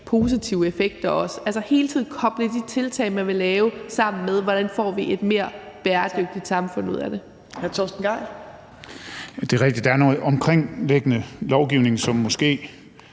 positive effekter også? Altså hele tiden koble de tiltag, man vil lave, sammen med, hvordan vi får et mere bæredygtigt samfund ud af det.